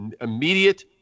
immediate